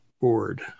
board